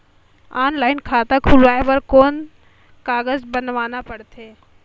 Online खाता खुलवाय बर कौन कागज बनवाना पड़थे?